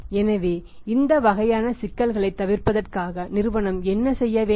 எனவே இந்த வகையான சிக்கல்களைத் தவிர்ப்பதற்காக நிறுவனம் என்ன செய்ய வேண்டும்